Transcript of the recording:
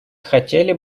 хотели